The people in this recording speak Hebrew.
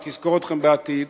היא תזכור אתכם בעתיד.